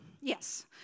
yes